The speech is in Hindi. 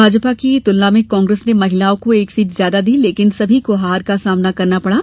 भाजपा की तुलना में कांग्रेस ने महिलाओं को एक सीट ज्यादा दी लेकिन सभी को हार का सामना करना पड़ा